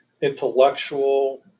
intellectual